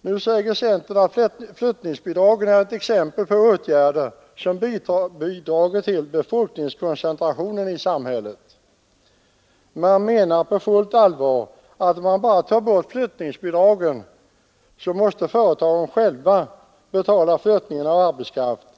Nu säger centern att flyttningsbidragen är ett exempel på åtgärder som bidragit till befolkningskoncentrationen i samhället. Man menar på fullt allvar, att om bara flyttningsbidragen tas bort, kommer företagen själva att känna sig tvungna att betala flyttningen av arbetskraften.